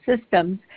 systems